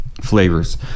flavors